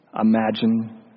imagine